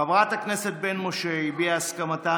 חברת הכנסת בן משה הביעה את הסכמתה,